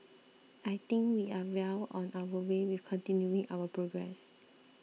I think we are well on our way with continuing our progress